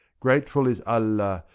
grateful is allah,